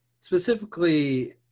specifically